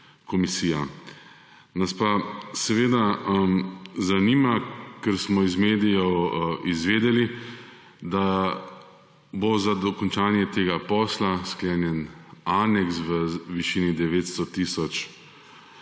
komisija. Nas pa seveda zanima, ker smo iz medijev izvedeli, da bo za dokončanje tega posla sklenjen aneks v višini 900 tisoč